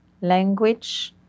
language